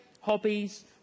hobbies